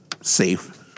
safe